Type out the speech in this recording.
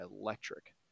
electric